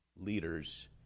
leaders